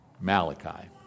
Malachi